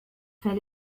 fell